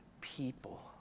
people